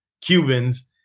Cubans